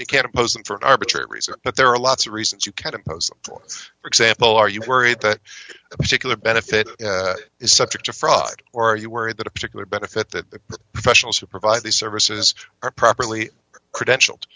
certainly can't impose it for an arbitrary reason but there are lots of reasons you can't impose for example are you worried that a particular benefit is subject to fraud or are you worried that a particular benefit that the professionals who provide these services are properly credential